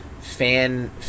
Fan